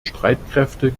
streitkräfte